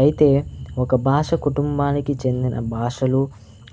అయితే ఒక భాష కుటుంబానికి చెందిన భాషలు